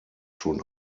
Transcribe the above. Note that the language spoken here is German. schon